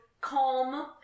calm